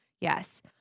Yes